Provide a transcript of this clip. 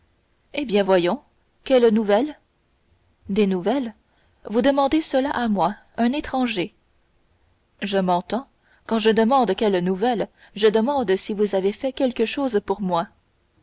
eh bien voyons quelles nouvelles des nouvelles vous demandez cela à moi à un étranger je m'entends quand je demande quelles nouvelles je demande si vous avez fait quelque chose pour moi